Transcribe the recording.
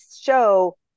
show